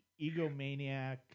egomaniac